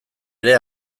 ere